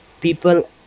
people